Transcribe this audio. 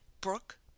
brooke